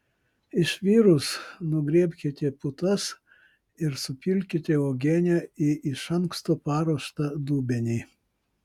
išvirus nugriebkite putas ir supilkite uogienę į iš anksto paruoštą dubenį